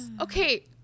okay